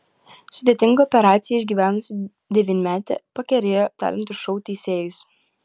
sudėtingą operaciją išgyvenusi devynmetė pakerėjo talentų šou teisėjus